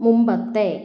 മുമ്പത്തെ